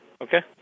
Okay